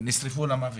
נשרפו למוות.